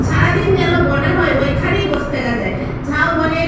সারা দিন যেন মনে হয় ওইখানেই বসে থাকা যায় ঝাউবনের